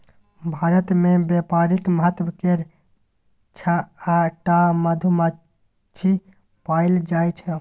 भारत मे बेपारिक महत्व केर छअ टा मधुमाछी पएल जाइ छै